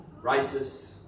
racist